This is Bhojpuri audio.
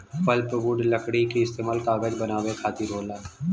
पल्पवुड लकड़ी क इस्तेमाल कागज बनावे खातिर होला